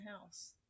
house